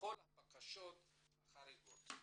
בכל הבקשות החריגות.